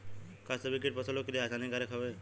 का सभी कीट फसलों के लिए हानिकारक हवें?